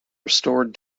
restored